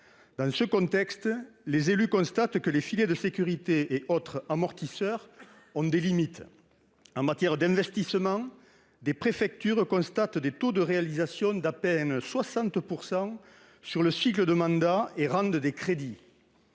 Dans ce contexte, les élus constatent que les filets de sécurité et autres amortisseurs ont des limites. En matière d'investissement, des préfectures enregistrent des taux de réalisation d'à peine 60 % sur le cycle de mandat et rendent des crédits.